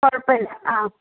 കുഴപ്പമില്ല ആ